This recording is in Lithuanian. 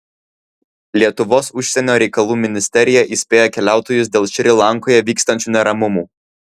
lietuvos užsienio reikalų ministerija įspėja keliautojus dėl šri lankoje vykstančių neramumų